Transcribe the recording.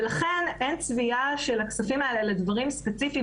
ולכן אין צביעה של הכספים האלה לדברים ספציפיים